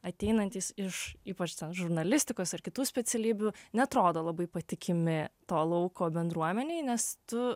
ateinantys iš ypač žurnalistikos ar kitų specialybių neatrodo labai patikimi to lauko bendruomenėj nes tu